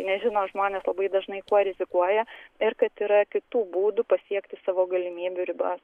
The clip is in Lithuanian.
nežino žmonės labai dažnai kuo rizikuoja ir kad yra kitų būdų pasiekti savo galimybių ribas